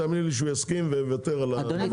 תאמיני לי שהוא יסכים ויוותר על החוק.